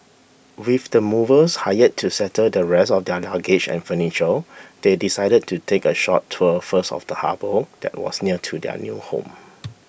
with the movers hired to settle the rest of their luggage and furniture they decided to take a short tour first of the harbour that was near to their new home